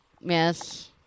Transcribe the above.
Yes